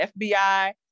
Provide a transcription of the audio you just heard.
FBI